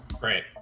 Great